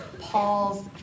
Paul's